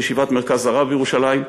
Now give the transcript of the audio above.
בישיבת "מרכז הרב" בירושלים.